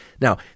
Now